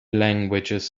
languages